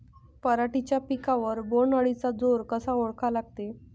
पराटीच्या पिकावर बोण्ड अळीचा जोर कसा ओळखा लागते?